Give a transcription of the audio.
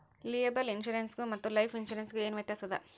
Liable insurance ಗು ಮತ್ತ life insurance ಗು ಏನ್ ವ್ಯಾತ್ಯಾಸದ?